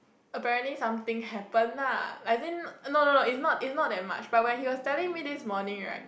apparently something happen lah I didn't no no no it's not it's not that much but when he was telling this morning right